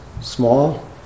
small